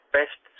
best